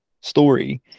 story